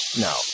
No